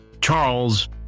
Charles